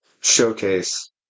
Showcase